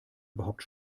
überhaupt